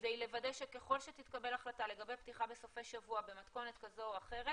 כדי לוודא שככל שתתקבל החלטה לגבי פתיחה בסופי שבוע במתכונת כזו או אחרת